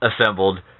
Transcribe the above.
assembled